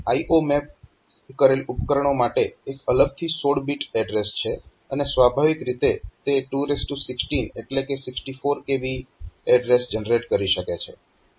IO map કરેલ ઉપકરણો માટે એક અલગથી 16 બીટ એડ્રેસ છે અને સ્વાભાવિક રીતે તે 216 એટલે કે 64 kB એડ્રેસ જનરેટ કરી શકે છે